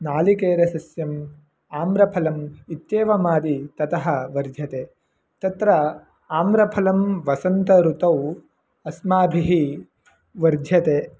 नारिकेलसस्यम् आम्रफलम् इत्येवमादि ततः वर्ध्यते तत्र आम्रफलं वसन्तऋतौ अस्माभिः वर्ध्यते